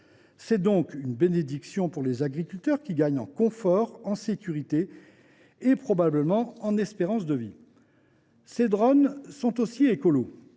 C’est donc une bénédiction pour les agriculteurs, qui gagnent en confort, en sécurité et probablement en espérance de vie. Ces drones sont aussi écolos